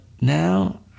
now